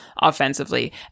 offensively